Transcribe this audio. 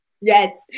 yes